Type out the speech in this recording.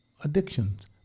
addictions